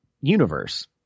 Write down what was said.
universe